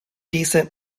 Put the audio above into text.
decent